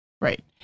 Right